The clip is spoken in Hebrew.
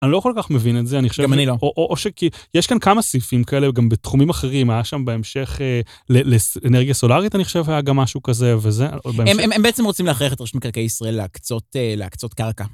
אני לא כל כך מבין את זה, אני חושב ש... גם אני לא. או ש... כי יש כאן כמה סיפים כאלה גם בתחומים אחרים, היה שם בהמשך לאנרגיה סולארית, אני חושב, היה גם משהו כזה וזה. הם בעצם רוצים להכרח את רשמי קרקעי ישראל להקצות קרקע.